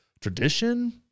tradition